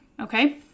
Okay